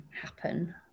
happen